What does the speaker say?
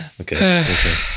Okay